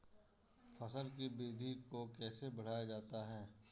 फसल की वृद्धि को कैसे बढ़ाया जाता हैं?